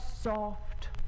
soft